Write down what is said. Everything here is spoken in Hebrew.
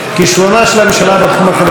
כישלונה של הממשלה בתחום החברתי,